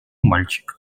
мальчик